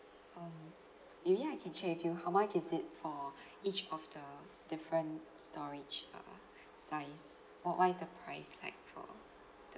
um maybe I can check with you how much is it for each of the different storage uh size or what is the price like for the